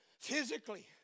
physically